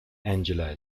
angela